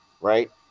right